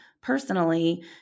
personally